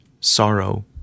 sorrow